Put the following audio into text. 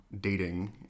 dating